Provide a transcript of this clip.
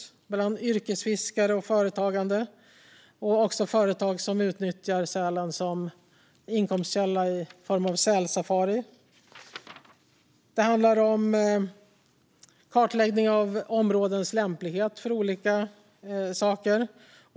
Det handlar också bland annat om yrkesfiskare och företagande och om företag som utnyttjar sälen som inkomstkälla genom sälsafari. Det handlar om kartläggning av områdens lämplighet för olika saker.